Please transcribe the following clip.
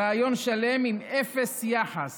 ריאיון שלם עם אפס יחס